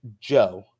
Joe